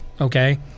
Okay